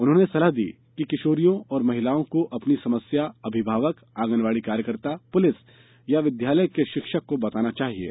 उन्होंने सलाह दी कि किशोरियों और महिलाओं को अपनी समस्या अभिभावक आंगनवाड़ी कार्यकर्ता पुलिस या विद्यालय के शिक्षक को बताना चाहिये